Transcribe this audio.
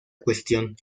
cuestión